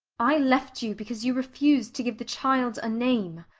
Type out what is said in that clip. i left you because you refused to give the child a name.